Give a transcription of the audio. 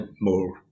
more